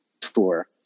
tour